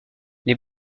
les